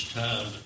time